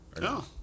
No